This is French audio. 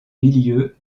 milieu